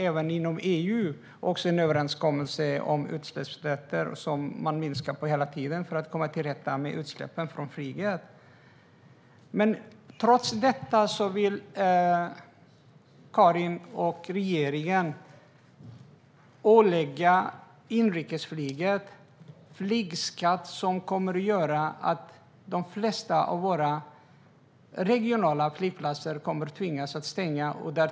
Även inom EU finns en överenskommelse om att hela tiden minska antalet utsläppsrätter för att komma till rätta med utsläppen från flyget. Trots det vill Karin och regeringen lägga på inrikesflyget en flygskatt som kommer att göra att de flesta av våra regionala flygplatser tvingas stänga.